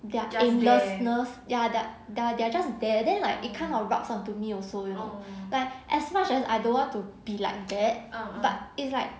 their aimlessness ya their their their just there then like become road blocks onto me also like as much as I don't want to be like that but it's like